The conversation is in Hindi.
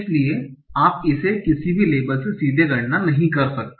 इसलिए आप इसे किसी भी लेबल से सीधे गणना नहीं कर सकते